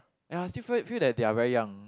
ya still feel feel that they are very young